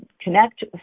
connect